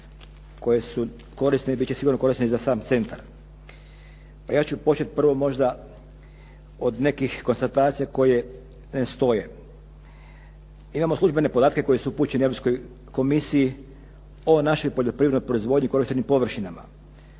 koje su korisne i biti će sigurno korisne i za sam centar. Pa ja ću početi prvo možda od nekih konstatacija koja ne stoje. Imamo službene podatke koji su upućeni Europskoj komisiji o našoj poljoprivrednoj proizvodnju, korištenju površinama.